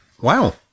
wow